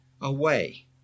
away